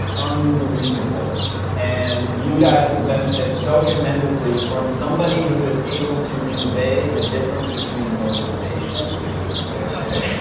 unbelievable and you guys will benefit so tremendously from somebody who is able to convey the difference between motivation which is bullshit